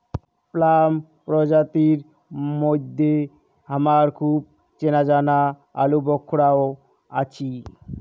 plum প্রজাতির মইধ্যে হামার খুব চেনাজানা আলুবোখরাও আছি